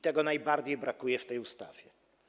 Tego najbardziej brakuje w tej ustawie.